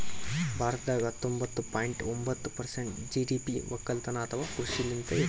ಭಾರತದಾಗ್ ಹತ್ತೊಂಬತ್ತ ಪಾಯಿಂಟ್ ಒಂಬತ್ತ್ ಪರ್ಸೆಂಟ್ ಜಿ.ಡಿ.ಪಿ ವಕ್ಕಲತನ್ ಅಥವಾ ಕೃಷಿಲಿಂತೆ ಹೆಚ್ಚಾಗ್ಯಾದ